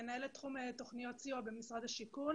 מנהלת תחום תוכניות סיוע במשרד השיכון